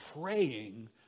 praying